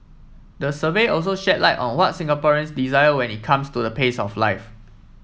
the survey also shed light on what Singaporeans desire when it comes to the pace of life